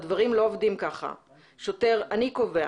הדברים לא עובדים ככה." שוטר: "אני קובע,